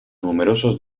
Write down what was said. numerosos